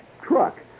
truck